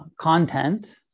content